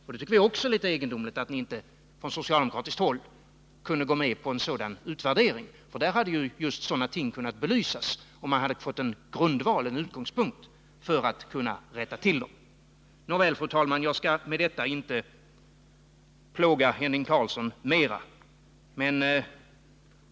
[ Vi tycker också att det är litet egendomligt att inte ni på socialdemokratiskt håll kunde gå med på en sådan utvärdering. Där hade frågor av detta slag kunnat belysas, och man hade kunnat få en utgångspunkt för att rätta till felaktigheter. Fru talman! Jag skall inte plåga Helge Karlsson ytterligare.